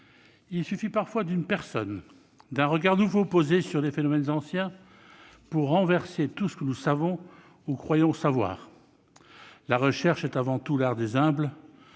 Il suffit parfois d'une personne, d'un regard nouveau posé sur des phénomènes anciens, pour renverser tout ce que nous savons ou croyons savoir. La recherche est avant tout l'art des humbles,